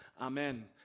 Amen